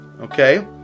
Okay